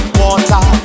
water